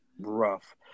rough